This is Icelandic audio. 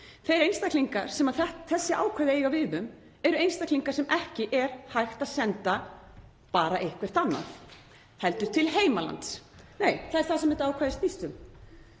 Þessir einstaklingar sem þessi ákvæði eiga við um eru einstaklingar sem ekki er hægt að senda bara eitthvert annað (Gripið fram í.) heldur til heimalands. Nei, það er það sem þetta ákvæði snýst um.